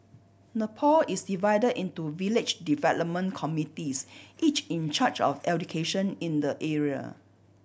nepal is divided into village development committees each in charge of education in the area